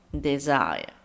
desire